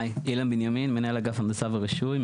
אני מנהל אגף הנדסה ורישוי,